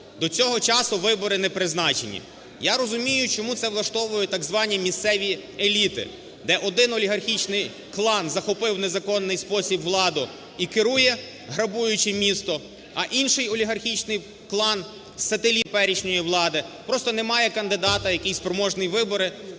До цього часу вибори не призначені. Я розумію, чому це влаштовує так звані місцеві еліти, де один олігархічний клан захопив в незаконний спосіб владу і керує, грабуючи місто, а інший олігархічний клан – сателіт теперішньої влади - просто не має кандидата, який спроможний виграти